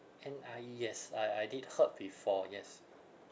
N_I_E yes I I did heard before yes